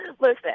Listen